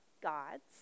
gods